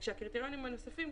הקריטריונים הנוספים,